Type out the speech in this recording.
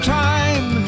time